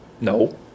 No